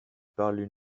parlent